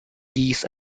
geese